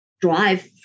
drive